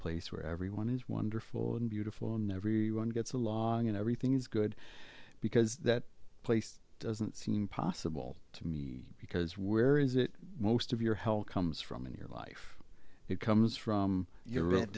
place where everyone is wonderful and beautiful and everyone gets along and everything is good because that place doesn't seem possible to me because where is it most of your hell comes from in your life it comes from your r